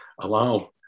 allow